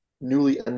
newly